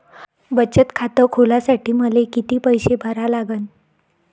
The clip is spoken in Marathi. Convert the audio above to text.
बचत खात खोलासाठी मले किती पैसे भरा लागन?